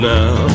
now